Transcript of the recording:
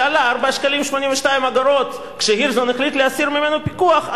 שעלה 4.82 שקלים כשהירשזון החליט להסיר ממנו פיקוח,